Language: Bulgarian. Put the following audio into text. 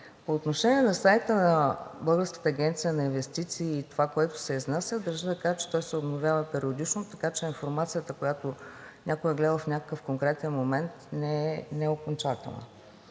По отношение на сайта на Българската агенция на инвестиции и това, което се изнася, държа да кажа, че той се обновява периодично, така че информацията, която някой е гледал в някакъв конкретен момент, не е окончателна.